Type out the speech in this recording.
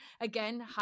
Again